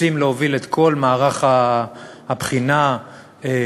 רוצים להוביל את כל מערך הבחינה להפרטה,